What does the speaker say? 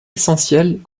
essentielles